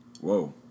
Whoa